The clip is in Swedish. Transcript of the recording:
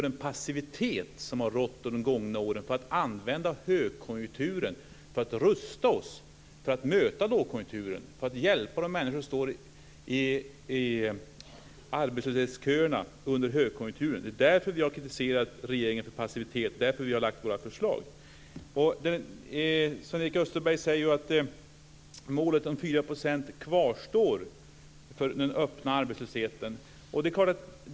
Den passivitet som har rått under de gångna åren har oroat oss. Man har inte använt högkonjunkturen för att rusta oss för att möta lågkonjunkturen eller för att hjälpa de människor som stått i arbetslöshetsköerna under denna period. Det är därför vi har kritiserat regeringen för passivitet. Det är därför vi har lagt fram våra förslag. Sven-Erik Österberg säger att målet om 4 % öppen arbetslöshet kvarstår.